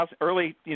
early